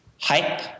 Hype